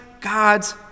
God's